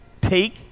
take